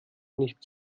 nicht